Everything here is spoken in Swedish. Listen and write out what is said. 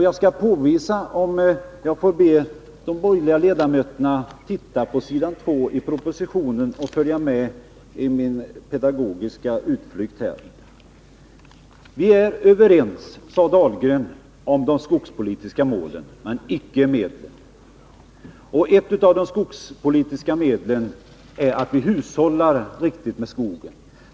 Jag vill be de borgerliga ledamöterna att titta på s. 2 i propositionen och följa med i min pedagogiska utflykt. Ett av de skogspolitiska medlen är att hushålla riktigt med skogen.